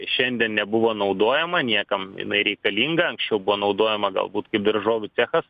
šiandien nebuvo naudojama niekam jinai reikalinga anksčiau buvo naudojama galbūt kaip daržovių cechas